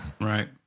Right